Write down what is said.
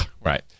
Right